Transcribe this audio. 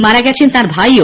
মারা গেছেন তাঁর ভাইও